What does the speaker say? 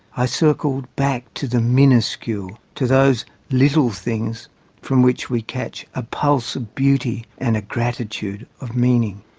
i circled back to the miniscule to those little things from which we catch a pulse of beauty, and a gratitude of meaning.